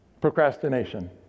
Procrastination